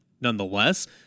nonetheless